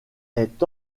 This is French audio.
est